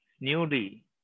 newly